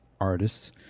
artists